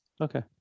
Okay